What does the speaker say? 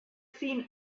seen